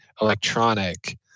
electronic